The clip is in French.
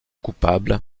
coupable